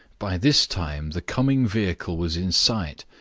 by this time the coming vehicle was in sight,